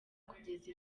kugeza